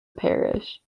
parish